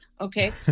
okay